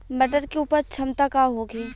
मटर के उपज क्षमता का होखे?